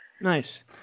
nice